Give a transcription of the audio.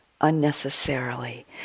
unnecessarily